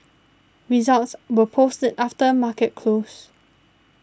results were posted after market close